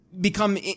become